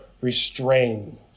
restrained